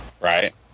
Right